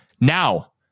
Now